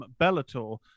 Bellator